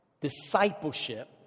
Discipleship